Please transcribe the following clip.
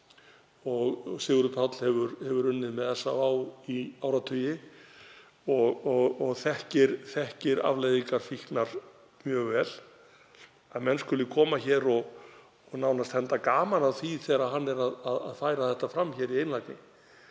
— Sigurður Páll hefur unnið með SÁÁ í áratugi og þekkir afleiðingar fíknar mjög vel — að menn skuli koma hér og nánast henda gaman að því þegar hann er að færa þetta fram í einlægni.